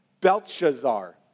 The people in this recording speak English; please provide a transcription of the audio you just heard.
Belshazzar